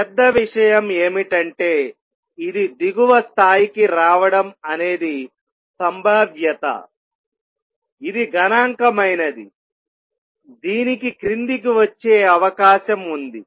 పెద్ద విషయం ఏమిటంటే ఇది దిగువ స్థాయికి రావడం అనేది సంభావ్యత ఇది గణాంకమైనది దీనికి క్రిందికి వచ్చే అవకాశం ఉంది